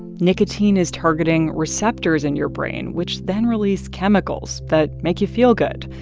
nicotine is targeting receptors in your brain, which then release chemicals that make you feel good.